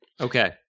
Okay